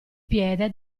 piede